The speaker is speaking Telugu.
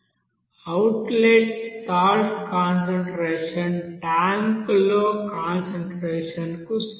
అవుట్లెట్ సాల్ట్ కాన్సంట్రేషన్ ట్యాంక్లోని కాన్సంట్రేషన్ కు సమానం